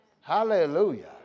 Hallelujah